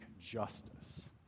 justice